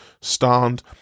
stand